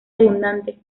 abundante